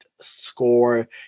score